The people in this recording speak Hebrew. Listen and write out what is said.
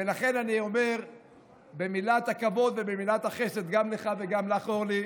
ולכן אני אומר במילת הכבוד ובמילת החסד גם לך וגם לך אורלי,